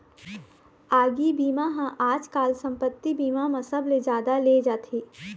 आगी बीमा ह आजकाल संपत्ति बीमा म सबले जादा ले जाथे